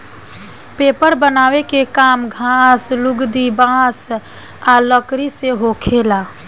paper बनावे के काम घास, लुगदी, बांस आ लकड़ी से होखेला